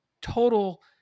total